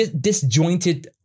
disjointed